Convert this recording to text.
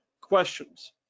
questions